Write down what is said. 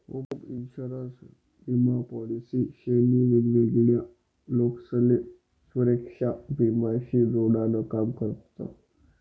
home insurance विमा policy शे नी वेगवेगळा लोकसले सुरेक्षा विमा शी जोडान काम करतस